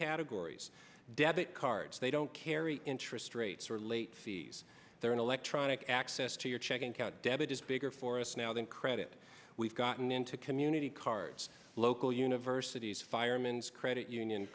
categories debit cards they don't carry interest rates or late fees they're an electronic access to your checking account debit is bigger for us now than credit we've gotten into community cards local universities fireman's credit union